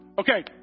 Okay